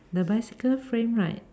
the bicycle frame right